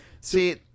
See